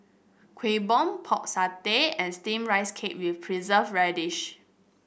Kueh Bom Pork Satay and steamed Rice Cake with Preserved Radish